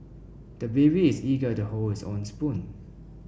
the baby is eager to hold his own spoon